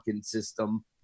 system